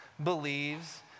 Believes